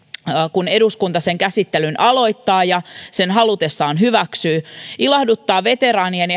kun eduskunta sen käsittelyn aloittaa ja sen halutessaan hyväksyy ilahduttaa veteraanien